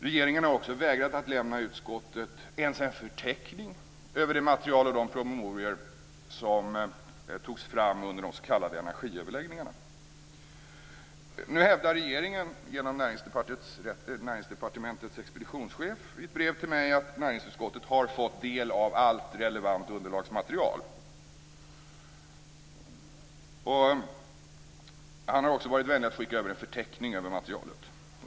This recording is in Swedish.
Regeringen har också vägrat att lämna utskottet ens en förteckning över det material och de promemorior som togs fram under de s.k. energiöverläggningarna. Nu hävdar regeringen genom Näringsdepartementets expeditionschef i ett brev till mig att näringsutskottet har fått del av allt relevant underlagsmaterial. Han har också varit vänlig att skicka över en förteckning över materialet.